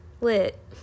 lit